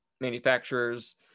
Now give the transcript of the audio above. manufacturers